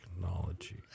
technology